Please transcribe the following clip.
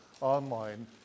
online